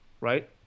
Right